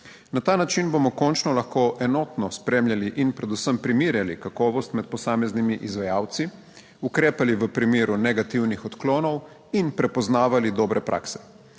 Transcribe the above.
Na ta način bomo končno lahko enotno spremljali in predvsem primerjali kakovost med posameznimi izvajalci, ukrepali v primeru negativnih odklonov in prepoznavali dobre prakse.